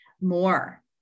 more